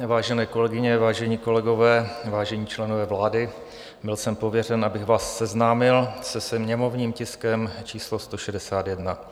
Vážené kolegyně, vážení kolegové, vážení členové vlády, byl jsem pověřen, abych vás seznámil se sněmovním tiskem číslo 161.